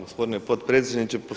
Gospodine potpredsjedniče.